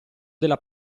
della